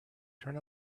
turn